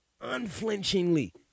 Unflinchingly